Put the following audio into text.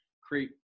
create